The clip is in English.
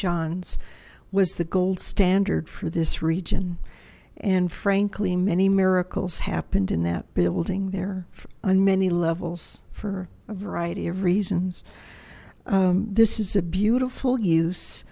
john's was the gold standard for this region and frankly many miracles happened in that building there on many levels for a variety of reasons this is a beautiful use